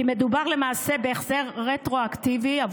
כי מדובר למעשה בהחזר רטרואקטיבי של